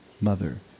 mother